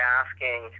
asking